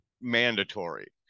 mandatory